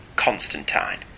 Constantine